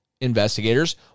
investigators